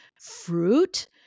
fruit